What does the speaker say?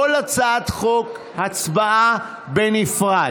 כל הצעת חוק בהצבעה בנפרד.